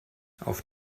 auf